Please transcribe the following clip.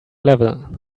level